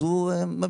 אז הוא ממשיך.